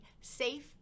safe